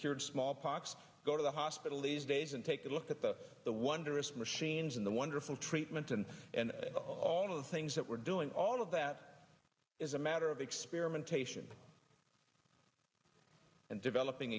cured smallpox go to the hospital these days and take a look at the the wonderous machines and the wonderful treatment and and all of the things that we're doing all of that is a matter of experimentation and developing